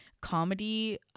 comedy